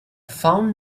fond